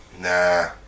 Nah